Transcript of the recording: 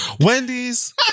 Wendy's